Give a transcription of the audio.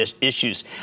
issues